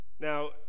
Now